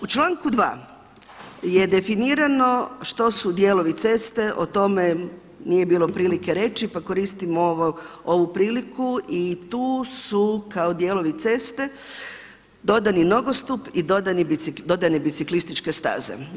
U članku 2. je definirano što su dijelovi ceste, o tome nije bilo prilike reći pa koristim ovu priliku i tu su kao dijelovi ceste dodani nogostup i dodane biciklističke staze.